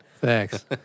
thanks